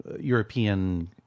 European